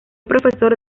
profesor